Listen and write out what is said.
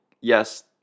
yes